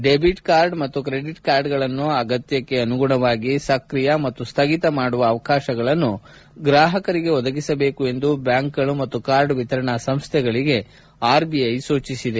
debit card ಮತ್ತು credit ಕಾರ್ಡ್ಗಳನ್ನು ಅಗತ್ಯಕ್ಕೆ ಅನುಗುಣವಾಗಿ ಸಕ್ರಿಯ ಮತ್ತು ಸ್ಥಗಿತ ಮಾಡುವ ಅವಕಾಶಗಳನ್ನು ಗ್ರಾಹಕರಿಗೆ ಒದಗಿಸಬೇಕು ಎಂದು ಬ್ಯಾಂಕ್ಗಳು ಮತ್ತು ಕಾರ್ಡ್ ವಿತರಣಾ ಸಂಸ್ಥೆಗಳಿಗೆ ಆರ್ಬಿಐ ಸೂಚಿಸಿದೆ